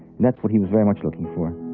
that's what he was very much looking for.